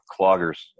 cloggers